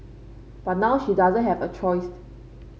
but now she doesn't have a choice